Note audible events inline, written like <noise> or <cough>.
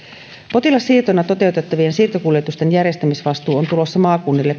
potilassiirtona toteutettavien siirtokuljetusten järjestämisvastuu on tulossa maakunnille <unintelligible>